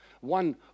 one